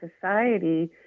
society